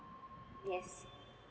yes